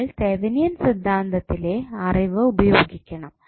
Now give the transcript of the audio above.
നമ്മൾ തെവനിയൻ സിദ്ധാന്തത്തിലെ അറിവ് ഉപയോഗിക്കണം